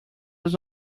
does